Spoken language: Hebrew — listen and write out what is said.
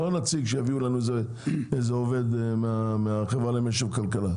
לא נציג שיביאו לנו איזה עובד מהחברה למשק וכלכלה,